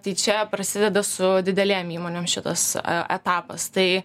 tai čia prasideda su didelėm įmonėm šitas etapas tai